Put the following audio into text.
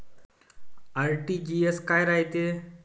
RTGS काय रायते?